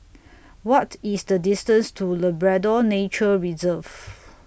What IS The distance to Labrador Nature Reserve